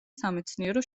სამეცნიერო